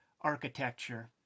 architecture